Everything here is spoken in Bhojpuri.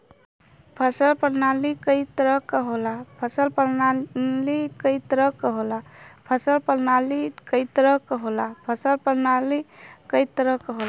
फसल परनाली कई तरह क होला